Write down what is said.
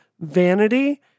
vanity